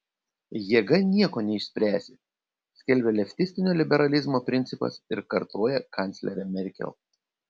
jėga nieko neišspręsi skelbia leftistinio liberalizmo principas ir kartoja kanclerė merkel